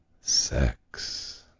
sex